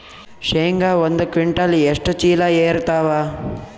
ಶೇಂಗಾ ಒಂದ ಕ್ವಿಂಟಾಲ್ ಎಷ್ಟ ಚೀಲ ಎರತ್ತಾವಾ?